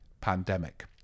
pandemic